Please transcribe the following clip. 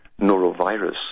norovirus